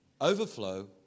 Overflow